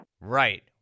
Right